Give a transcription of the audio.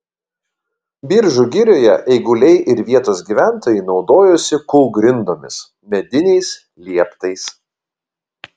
biržų girioje eiguliai ir vietos gyventojai naudojosi kūlgrindomis mediniais lieptais